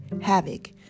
havoc